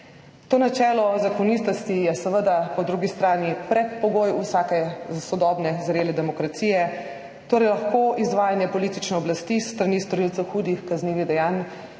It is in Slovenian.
To načelo zakonitosti je seveda po drugi strani predpogoj vsake sodobne, zrele demokracije. Torej lahko izvajanje politične oblasti s strani storilcev hudih kaznivih dejanj,